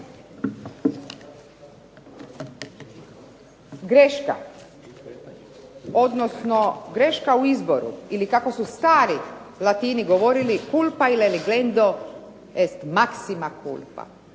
greška, odnosno greška u izboru ili kako su stari Latini govorili culpa ili glendo es maxima culpa,